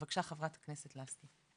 אני רואה שחברת הכנסת לסקי מצטרפת אלינו.